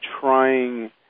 trying